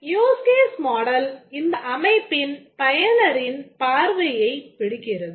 use case model இந்த அமைப்பின் பயனரின் பார்வையை பிடிக்கிறது